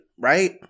Right